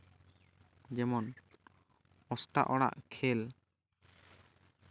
ᱡᱮᱢᱚᱱ ᱚᱥᱴᱟ ᱚᱲᱟᱜ ᱠᱷᱮᱞ